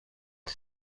کنم